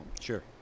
Sure